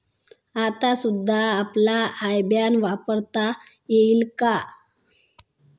आता सुद्धा आपला आय बॅन वापरता येईल का?